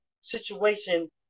situation